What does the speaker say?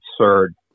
absurd